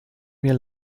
mir